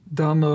dan